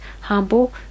humble